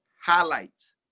highlights